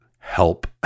help